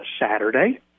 Saturday